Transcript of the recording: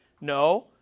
no